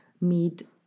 meet